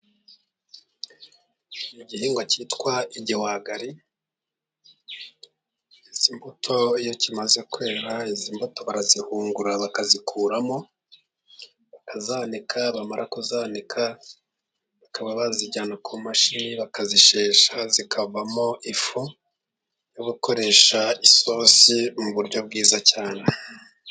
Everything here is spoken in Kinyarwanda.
Igihingwa cyitwa igihwagari, izi mbuto iyo kimaze kwera, izi mbuto barazihungura bakazikuramo, bakazanika, bamara kuzanika, bakaba bazijyana ku mashini, bakazishesha zikavamo ifu, yo gukoresha isosi mu buryo bwiza cyane.